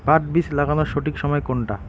পাট বীজ লাগানোর সঠিক সময় কোনটা?